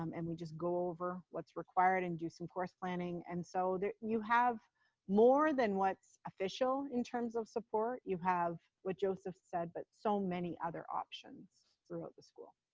um and we just go over what's required and do some course planning. and so there you have more than what's official in terms of support. you have what joseph said, but so many other options throughout the school.